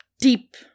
deep